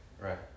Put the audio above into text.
right